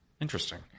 Interesting